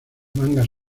mangas